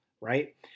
right